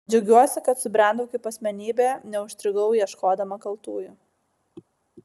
džiaugiuosi kad subrendau kaip asmenybė neužstrigau ieškodama kaltųjų